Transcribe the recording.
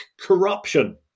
corruption